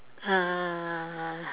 uh